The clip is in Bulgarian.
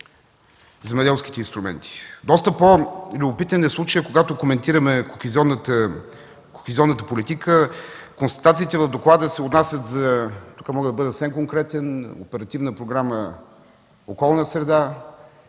на земеделските инструменти. Доста по-любопитен е случаят, когато коментираме кохезионната политика. Констатациите в доклада се отнасят – тук мога да бъде съвсем конкретен – до Оперативна програма „Околна среда”